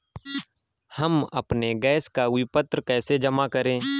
हम अपने गैस का विपत्र कैसे जमा करें?